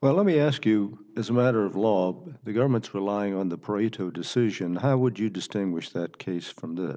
well let me ask you as a matter of law the government's relying on the prairie to decision how would you distinguish that case from the